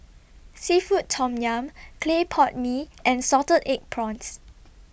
Seafood Tom Yum Clay Pot Mee and Salted Egg Prawns